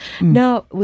Now